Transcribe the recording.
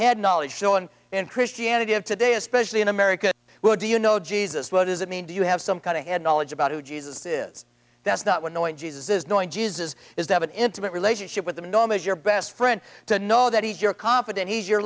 had knowledge shown in christianity of today especially in america will do you know jesus what does it mean to you have some kind of head knowledge about who jesus is that's not what knowing jesus is knowing jesus is to have an intimate relationship with the norm as your best friend to know that he's your confident he's your